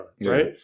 right